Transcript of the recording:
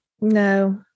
No